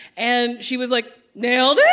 and she was like, nailed it?